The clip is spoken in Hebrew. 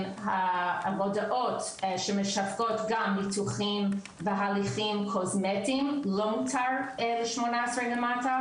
ההודעות שמשווקות גם ניתוחים והליכים קוסמטיים לא מותרים מגיל 18 ומטה,